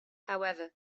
however